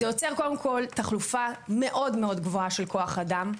זה יוצר תחלופה מאוד גבוהה של כוח אדם.